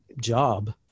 job